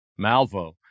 Malvo